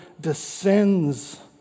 descends